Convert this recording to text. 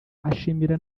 ashimira